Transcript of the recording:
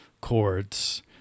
chords